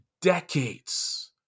decades